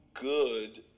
Good